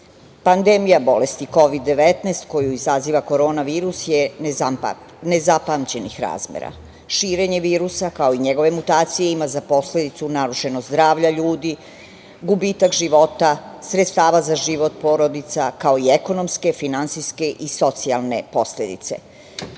pandemija bolesti Kovid – 19, koju izaziva korona virus je nezapamćenih razmera. Širenje virusa, kao njegove mutacije ima za posledicu narušeno zdravlje ljudi, gubitak života, sredstava za život porodica, kao i ekonomske, finansijske i socijalne posledice. Tokom